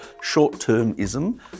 Short-termism